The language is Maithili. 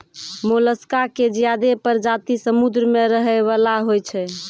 मोलसका के ज्यादे परजाती समुद्र में रहै वला होय छै